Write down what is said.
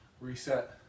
reset